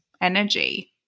energy